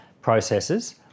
processes